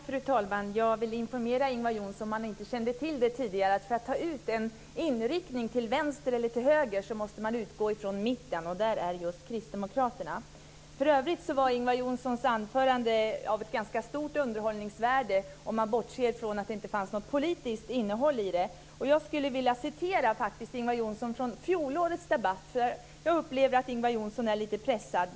Fru talman! Jag vill informera Ingvar Johnsson, om han inte kände till det tidigare, att för att ta ut en riktning till vänster eller till höger måste man utgå från mitten. Där är just Kristdemokraterna. För övrigt var Ingvar Johnssons anförande av ett ganska stort underhållningsvärde, om man bortser från att det inte fanns något politiskt innehåll i det. Jag skulle vilja citera Ingvar Johnsson från fjolårets debatt, för jag upplever att han är lite pressad.